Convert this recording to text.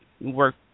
work